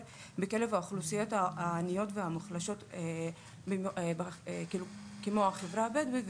בקרב האוכלוסיות העניות והמוחלשות כמו החברה הבדואית,